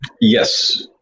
Yes